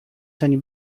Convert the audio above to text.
zeń